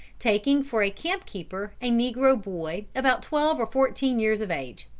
taking for a camp-keeper a negro boy about twelve or fourteen years of age.